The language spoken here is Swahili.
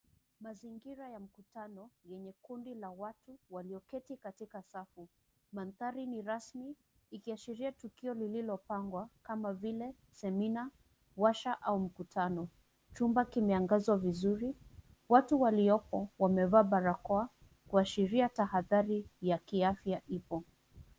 Mazingira ya mkutano yenye kundi la watu walioketi katika safu. Mandhari ni rasmi ikiashiria tukio lililopangwa kama vile semina, warsha au mkutano. Chumba kimeangazwa vizuri. Watu waliopo wamevaa barakoa kuashiria tahadhari ya kiafya ipo.